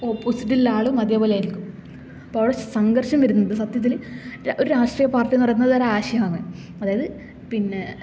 ഓപ്പോസിറ്റിലുള്ള ആളും അതേപോലെ ആയിരിക്കും അപ്പോൾ അവിടെ സംഘർഷം വരുന്നത് സത്യത്തിൽ ഒരു രാഷ്ട്രീയ പാർട്ടി എന്ന് പറയുന്നത് ഒരു ആശയമാണ് അതായത് പിന്നെ